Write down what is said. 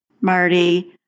Marty